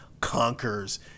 conquers